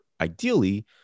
ideally